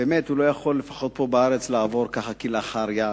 אינו יכול, לפחות פה בארץ, לעבור ככה כלאחר יד.